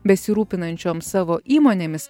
besirūpinančioms savo įmonėmis